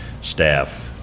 staff